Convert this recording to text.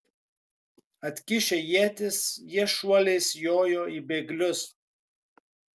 atkišę ietis jie šuoliais jojo į bėglius